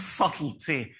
subtlety